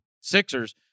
Sixers